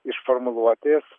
iš formuluotės